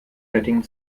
göttingen